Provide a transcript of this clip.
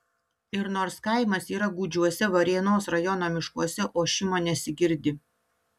ir nors kaimas yra gūdžiuose varėnos rajono miškuose ošimo nesigirdi